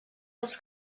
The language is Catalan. els